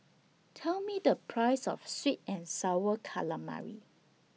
Tell Me The Price of Sweet and Sour Calamari